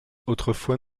autrefois